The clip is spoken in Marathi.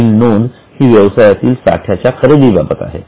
पुढील नोंदीही व्यवसायातील साठ्याच्या खरेदीबाबत आहे